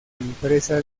empresa